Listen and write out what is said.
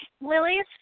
lilies